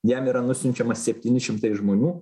jam yra nusiunčiama septyni šimtai žmonių